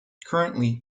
currently